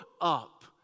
up